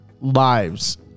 lives